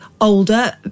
older